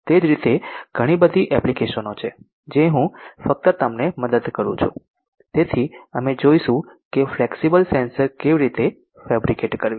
તે જ રીતે ઘણી બધી એપ્લિકેશનો છે જે હું ફક્ત તમને મદદ કરું છું તેથી અમે જોઈશું કે ફ્લેક્સિબલ સેન્સર કેવી રીતે ફેબ્રિકેટ કરવી